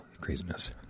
Craziness